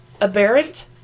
aberrant